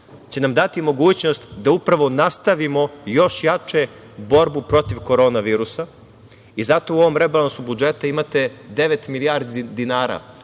će nam dati mogućnost da upravno nastavimo još jače borbu protiv korona virusa i zato u ovom rebalansu budžeta imate devet milijardi dinara